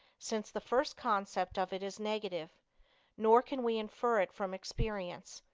since the first concept of it is negative nor can we infer it from experience,